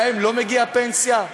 להם לא מגיעה פנסיה?